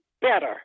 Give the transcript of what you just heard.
better